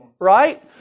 Right